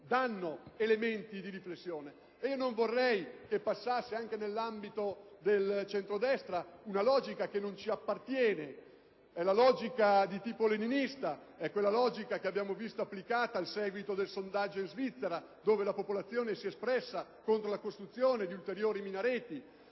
danno elementi di riflessione. Non vorrei che passasse anche nell'ambito del centrodestra una logica che non ci appartiene, la logica di tipo leninista; quella logica che abbiamo vista applicata a seguito del sondaggio in Svizzera, dove la popolazione si è espressa contro la costruzione di ulteriori minareti.